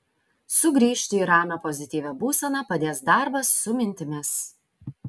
sugrįžti į ramią pozityvią būseną padės darbas su mintimis